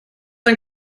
ein